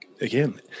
Again